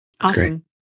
Awesome